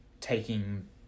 taking